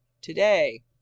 today